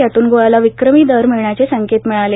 यातुन गुळाला विक्रमी दर मिळण्याचे संकेत मिळाले